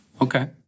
Okay